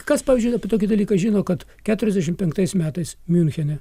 kas pavyzdžiui apie tokį dalyką žino kad keturiasdešimt penktais metais miunchene